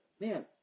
man